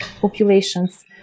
populations